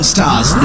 Stars